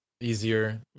easier